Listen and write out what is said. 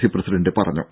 C president പറഞ്ഞു